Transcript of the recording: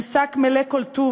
הם שק מלא כל טוב